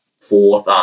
fourth